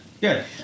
good